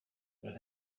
but